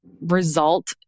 Result